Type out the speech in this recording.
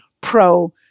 pro